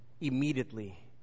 immediately